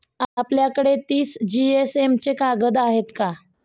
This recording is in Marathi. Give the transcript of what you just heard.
आपल्याकडे तीस जीएसएम चे कागद आहेत का?